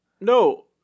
No